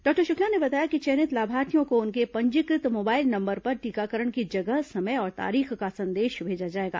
doctor Shukla ने बताया कि चयनित लाभार्थियों को उनके पंजीकृत मोबाइल नंबर पर टीकाकरण की जगह समय और तारीख का संदेश भेजा जाएगा